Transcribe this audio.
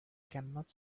cannot